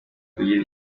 kugira